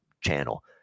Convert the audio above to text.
channel